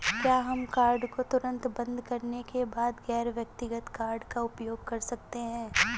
क्या हम कार्ड को तुरंत बंद करने के बाद गैर व्यक्तिगत कार्ड का उपयोग कर सकते हैं?